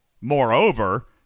Moreover